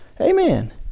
amen